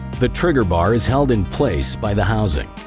the trigger bar is held in place by the housing.